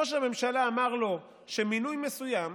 ראש הממשלה אמר לו שמינוי מסוים